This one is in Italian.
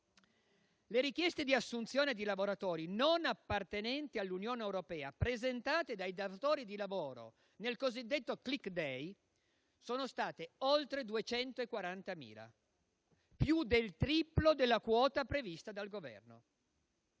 Le richieste di assunzione di lavoratori non appartenenti all'Unione europea presentate dai datori di lavoro nel cosiddetto *click day* sono state oltre 240.000, più del triplo della quota prevista dal Governo.